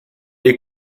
est